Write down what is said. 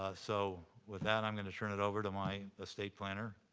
ah so with that, i'm gonna turn it over to my estate planner,